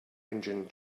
engine